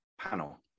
panel